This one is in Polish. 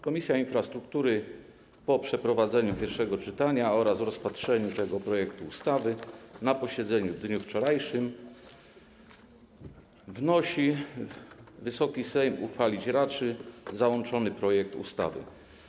Komisja Infrastruktury po przeprowadzeniu pierwszego czytania oraz rozpatrzeniu tego projektu ustawy na posiedzeniu w dniu wczorajszym wnosi, by Wysoki Sejm uchwalić raczył załączony projekt ustawy.